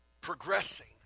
progressing